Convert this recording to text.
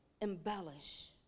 embellish